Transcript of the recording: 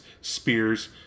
spears